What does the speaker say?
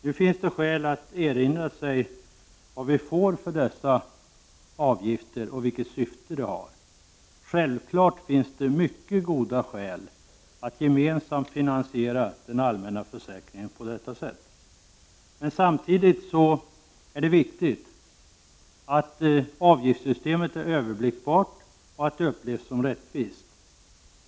Nu finns det skäl att erinra sig vad vi får för dessa avgifter och vilket syfte de har. Självfallet finns det mycket goda skäl att gemensamt finansiera den allmänna försäkringen på detta sätt. Men samtidigt är det viktigt att avgiftssystemet är överblickbart och att det upplevs som rättvist.